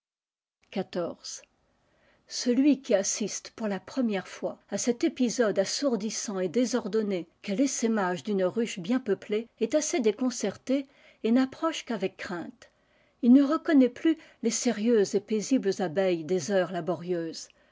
xiv celui qui assiste pour la première fois à cet lisode assourdissant et désordonné qu'est essaimage d'une ruche bien peuplée est assez concerté et n'approche qu'avec crainte il ne reconnaît plus les sérieuses et paisibles abeilles des heures laborieuses